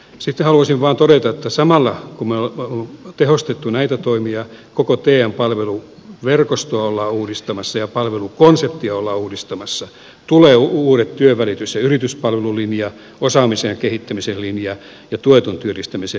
sitten haluaisin vain todeta että samalla kun me olemme tehostaneet näitä toimia koko te palveluverkostoa ollaan uudistamassa ja palvelukonseptia ollaan uudistamassa tulevat uudet työnvälitys ja yrityspalvelulinja osaamisen ja kehittämisen linja ja tuetun työllistämisen linja